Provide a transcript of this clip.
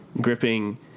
gripping